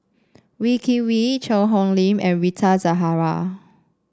Wee Kim Wee Cheang Hong Lim and Rita Zahara